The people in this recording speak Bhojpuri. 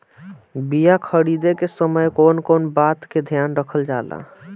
बीया खरीदे के समय कौन कौन बात के ध्यान रखल जाला?